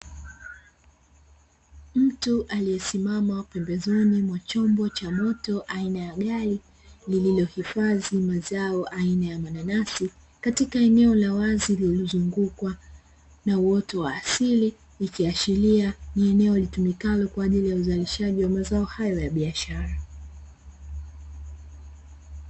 Mtu aliyesimama pembezoni mwa chombo cha moto aina ya gari lililo hifadhi mazao aina ya mananasi katika eneo la wazi lililozungukwa na uoto wa asili, ikiashiria ni eneo litumikalo kwa ajili ya uzalishaji wa mazao hayo ya biashara.